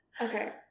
okay